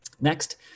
Next